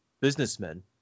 businessmen